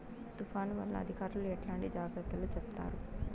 తుఫాను వల్ల అధికారులు ఎట్లాంటి జాగ్రత్తలు చెప్తారు?